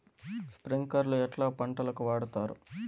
స్ప్రింక్లర్లు ఎట్లా పంటలకు వాడుతారు?